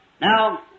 Now